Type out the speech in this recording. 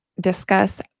discuss